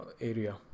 area